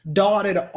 dotted